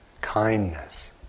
kindness